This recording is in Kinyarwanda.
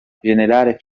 général